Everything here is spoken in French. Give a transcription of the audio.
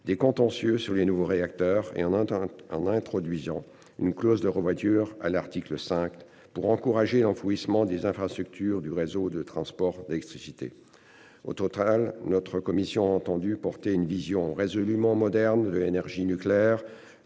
contentieux sur les nouveaux réacteurs et on entend en introduisant une clause de revoyure à l'article 5 pour encourager l'enfouissement des infrastructures du réseau de transport d'électricité. Au total, notre commission entendu porter une vision résolument moderne de l'énergie nucléaire